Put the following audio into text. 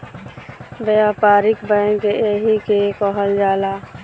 व्यापारिक बैंक एही के कहल जाला